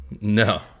No